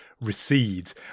recedes